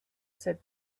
said